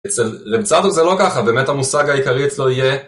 לצדוק זה לא ככה, באמת המושג העיקרי אצלו יהיה